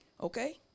okay